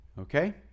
Okay